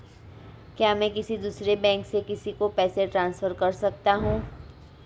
क्या मैं किसी दूसरे बैंक से किसी को पैसे ट्रांसफर कर सकता हूं?